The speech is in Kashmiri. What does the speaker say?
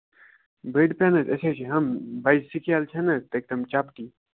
بٔڈۍ پٮ۪ن حظ أسۍ حظ چھِ ہَم بَجہِ سِکیل چھَنا تِم چَپٹی